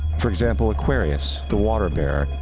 for example, aquarius, the water bearer,